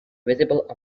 visible